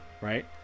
right